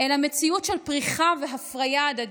אלא מציאות של פריחה והפריה הדדית.